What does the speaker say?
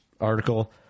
article